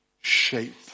shape